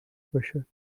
باشد